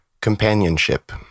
companionship